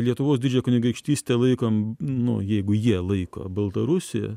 lietuvos didžiąją kunigaikštystę laikom nu jeigu jie laiko baltarusija